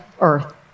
earth